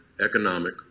economic